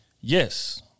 yes